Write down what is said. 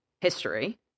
history